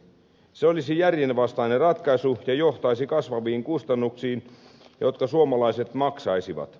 se olisi järjenvastainen ratkaisu ja johtaisi kasvaviin kustannuksiin jotka suomalaiset maksaisivat